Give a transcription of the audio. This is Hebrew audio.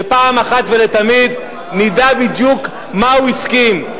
שפעם אחת ולתמיד נדע בדיוק מה הוא הסכים,